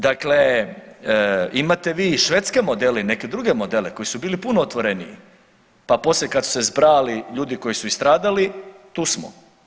Dakle, imate vi i švedske modele i neke druge modele koji su bili puno otvoreniji, pa poslije kad su se zbrajali ljudi koji su i stradali tu smo.